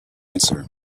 answer